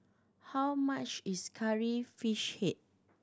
how much is Curry Fish Head